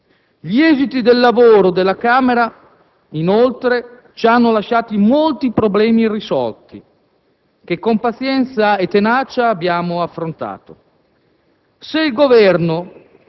Gli esiti del lavoro della Camera, inoltre, ci hanno lasciati molti problemi irrisolti, che con pazienza e tenacia abbiamo affrontato.